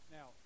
Now